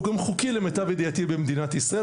גם חוקי למיטב ידיעתי במדינת ישראל,